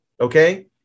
Okay